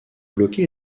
bloquée